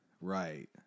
Right